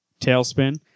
tailspin